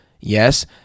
Yes